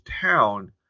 town